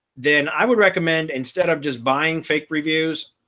then i would recommend instead of just buying fake reviews,